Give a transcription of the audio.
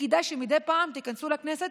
וכדאי שמדי פעם תיכנסו לכנסת